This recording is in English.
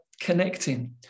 connecting